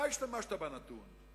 אתה השתמשת בנתון,